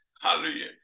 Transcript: Hallelujah